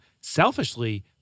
Selfishly